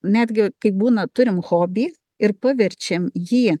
netgi kaip būna turim hobį ir paverčiam jį